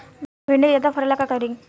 भिंडी के ज्यादा फरेला का करी?